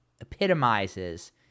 epitomizes